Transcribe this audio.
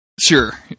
Sure